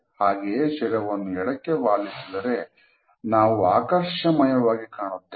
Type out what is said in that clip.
ಹಾಗೆಯೇ ಶಿರವನ್ನು ಎಡಕ್ಕೆ ವಾಲಿಸಿದರೆ ನಾವು ಆಕರ್ಷಮಯವಾಗಿ ಕಾಣುತ್ತೇವೆ